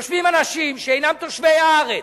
יושבים אנשים שאינם תושבי הארץ,